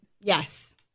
Yes